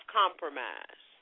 compromise